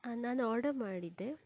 ನಾನು ಆರ್ಡರ್ ಮಾಡಿ